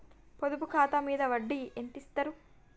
పొదుపు ఖాతా మీద వడ్డీ ఎంతిస్తరు?